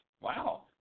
Wow